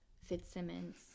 Fitzsimmons